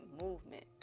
movement